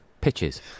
pitches